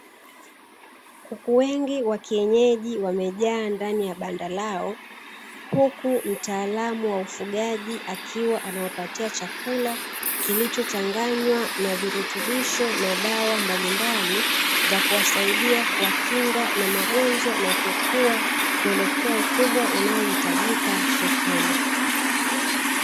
Kuku wengi wa kienyeji wamejaa ndani ya banda lao, huku mtaalamu wa ufugaji akiwa anawapatia chakula kilichochanganywa na virutubisho na dawa mbalimbali, za kuwasaidia kuwakinga na magonjwa na kukua kuelekea ukubwa unaohitajika sokoni.